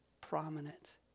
prominent